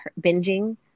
binging